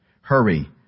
Hurry